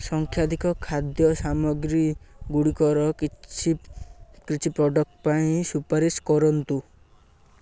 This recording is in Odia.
ସଂସାଧିତ ଖାଦ୍ୟ ସାମଗ୍ରୀ ଗୁଡ଼ିକର କିଛି ପ୍ରଡ଼କ୍ଟ୍ ପାଇଁ ସୁପାରିଶ କରନ୍ତୁ